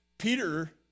Peter